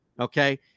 okay